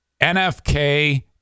NFK